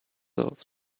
those